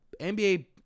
NBA